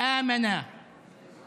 הוא האמין בסובלנות,